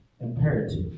imperative